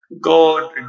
God